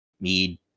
mead